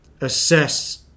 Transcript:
assess